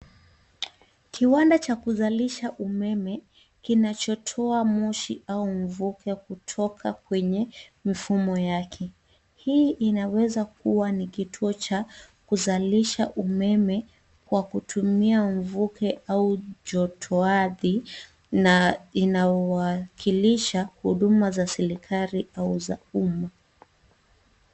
Kiwanda cha kuzalisha umeme kinachotoa moshi au mvuke kutoka kwenye mfumo yake. Hii inaweza kuwa ni kituo cha kuzalisha umeme kwa kutumia mvuke au joto ardhi na inaowakilisha huduma za serikali au za umma.